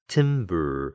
Timber